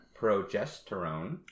progesterone